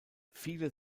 viele